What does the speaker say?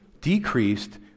decreased